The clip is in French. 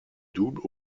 double